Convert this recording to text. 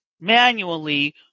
manually